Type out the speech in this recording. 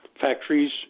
factories